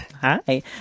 Hi